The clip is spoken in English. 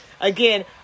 again